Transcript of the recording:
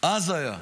אז היה.